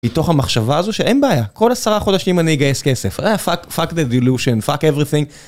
מתוך המחשבה הזו שאין בעיה, כל עשרה חודשים אני אגייס כסף. אה פאק, פאק דה דילושן, פאק אבריטינג.